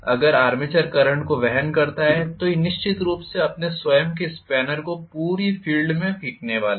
अगर armature current को वहन करता है यह निश्चित रूप से अपने स्वयं के स्पैनर को पूरे फ़ील्ड में फेंकने वाला है